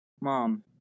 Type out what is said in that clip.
Mom